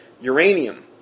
uranium